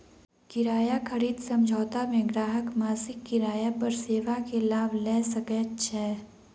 किराया खरीद समझौता मे ग्राहक मासिक किराया पर सेवा के लाभ लय सकैत छै